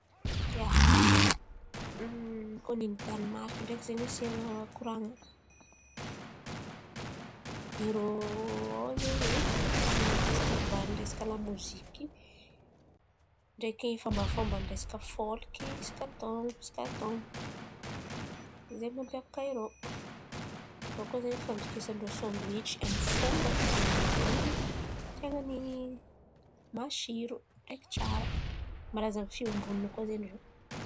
Koa ny Danimariky ndreky zen̈y nandesiny koran̈a irô ao zen̈y man̈ano festivaly resaka lamoziky ndreky fômba fômba resaka fôlky isaka taôn̈o. Isaka taôn̈o zen̈y mampiavaka irô, bakô zen̈y fandokisan-drô sandriotsy aminy fomba fivolan̈an-drô izy, ten̈a ny masiro ndreky tsara. Malaza aminy fiombonan̈an koa irô.